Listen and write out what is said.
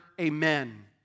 Amen